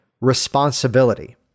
Responsibility